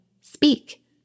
Speak